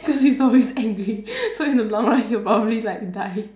cause he's always angry so in the long run he'll probably like die